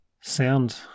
sound